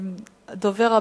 הדובר הבא,